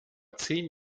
zehn